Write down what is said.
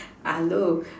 ah low